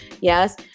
Yes